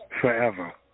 forever